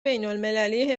بینالمللی